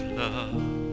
love